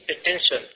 attention